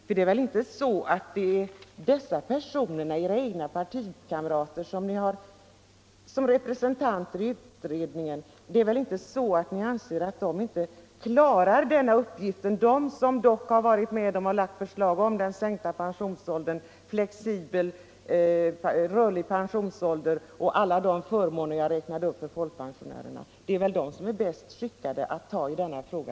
Ni anser väl inte att era egna partikamrater som ni har satt såsom representanter i utredningen inte klarar sin uppgift? De har dock varit med om att framlägga förslag om sänkt pensionsålder, rörlig pensionsålder och alla de förmåner för folkpensionärerna som jag räknade upp. De är väl bäst skickade att sköta även denna fråga.